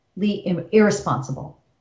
irresponsible